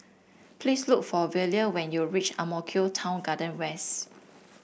please look for Velia when you reach Ang Mo Kio Town Garden West